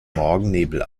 morgennebel